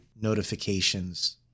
notifications